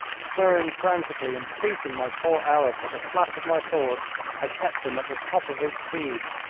spurring frantically and beating my poor arab with the flat of my sword i kept him at the top of his speed.